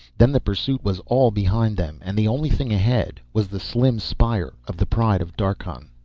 then the pursuit was all behind them and the only thing ahead was the slim spire of the pride of darkhan.